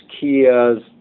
Kia's